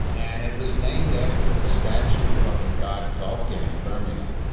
and it was named after the statue of the god vulcan in birmingham.